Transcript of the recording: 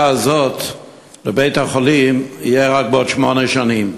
הזאת לבית-החולים תהיה בעוד שמונה שנים.